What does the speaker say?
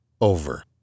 over